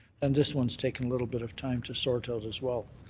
and this one's taken a little bit of time to sort out as well.